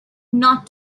not